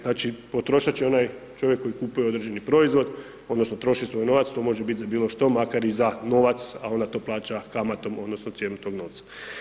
Znači, potrošač je onaj čovjek koji kupuje određeni proizvod odnosno troši svoj novac, to može biti bilo što, makar i za novac, a ona to plaća kamatom odnosno cijenom tog novca.